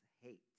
hate